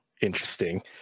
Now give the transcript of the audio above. interesting